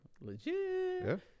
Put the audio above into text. Legit